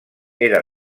era